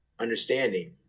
understanding